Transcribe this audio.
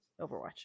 Overwatch